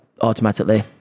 automatically